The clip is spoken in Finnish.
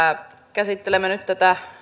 käsittelemme nyt tätä